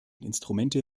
instrumente